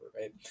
Right